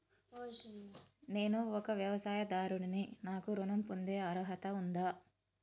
నేను ఒక వ్యవసాయదారుడిని నాకు ఋణం పొందే అర్హత ఉందా?